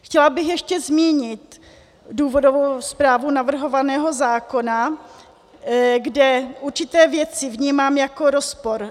Chtěla bych ještě zmínit důvodovou zprávu navrhovaného zákona, kde určité věci vnímám jako rozpor.